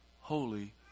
holy